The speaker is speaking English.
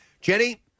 Jenny